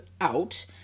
out